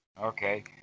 Okay